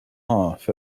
off